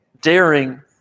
daring